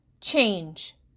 change